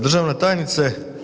Državna tajnice.